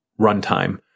runtime